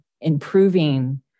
improving